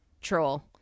troll